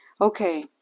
okay